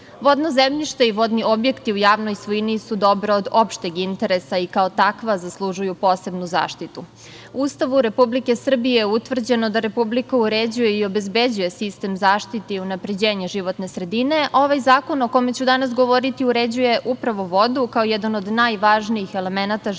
zemljište i vodni objekti u javnoj svojini su dobro od opšteg interesa i kao takva zaslužuju posebnu zaštitu. U Ustavu Republike Srbije je utvrđeno da Republika uređuje i obezbeđuje sistem zaštite i unapređenje životne sredine. Ovaj zakon o kome ću danas govoriti uređuje upravo vodu, kao jedan od najvažnijih elemenata životne